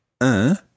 un